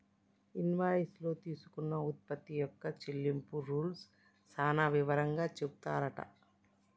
invoice లో తీసుకున్న ఉత్పత్తి యొక్క చెల్లింపు రూల్స్ సాన వివరంగా చెపుతారట